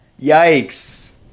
Yikes